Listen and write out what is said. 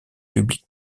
publique